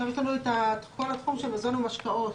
עכשיו יש לנו את כל התחום של מזון ומשקאות,